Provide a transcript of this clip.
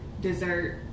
dessert